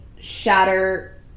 shatter